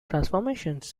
transformations